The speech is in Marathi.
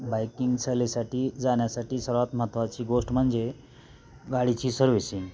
बाईकिंग सहलीसाठी जाण्यासाठी सर्वात महत्त्वाची गोष्ट म्हणजे गाडीची सर्व्हिसिंग